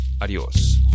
Adios